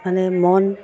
মানে মন